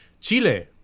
Chile